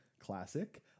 classic